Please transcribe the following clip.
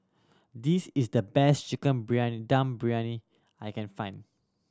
this is the best Chicken Briyani Dum Briyani I can find